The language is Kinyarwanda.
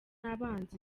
abanzi